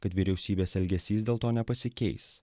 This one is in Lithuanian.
kad vyriausybės elgesys dėl to nepasikeis